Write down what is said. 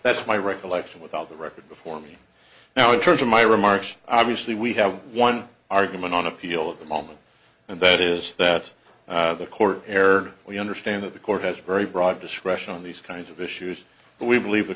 that's my recollection without the record before me now in terms of my remarks obviously we have one argument on appeal of the moment and that is that the court err we understand that the court has very broad discretion on these kinds of issues but we believe th